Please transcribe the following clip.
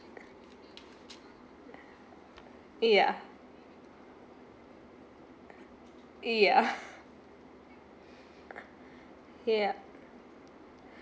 yeah yeah ya